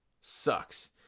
sucks